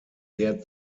der